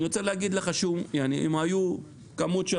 אני רוצה להגיד לך שוב אם הייתה כמות של